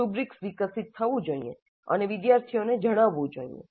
rubrics જેમ કે મેં કહ્યું છે વિકસિત થવું જોઈએ અને વિદ્યાર્થીઓ ને જણાવવું જોઈએ